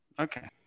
Okay